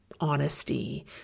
honesty